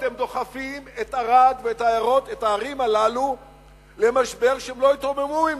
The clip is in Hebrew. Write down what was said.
אתם דוחפים את ערד ואת הערים הללו למשבר שהן לא יתרוממו ממנו.